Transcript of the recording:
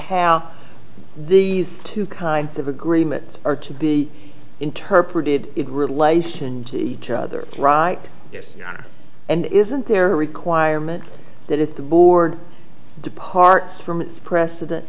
how these two kinds of agreements are to be interpreted it relation to each other right and isn't there a requirement that if the board departs from its precedent